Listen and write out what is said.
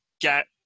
get